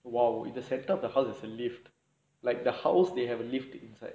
!wow! you just set up the house with a lift like the house they have a lift inside